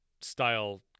style